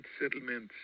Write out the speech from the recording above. settlements